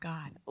God